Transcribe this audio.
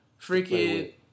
Freaking